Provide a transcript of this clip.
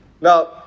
Now